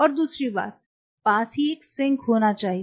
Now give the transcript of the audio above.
और दूसरी बात पास ही एक सिंक होना चाहिए